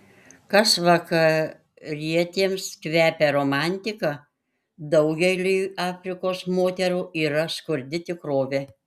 kas vakarietėms kvepia romantika daugeliui afrikos moterų yra skurdi tikrovė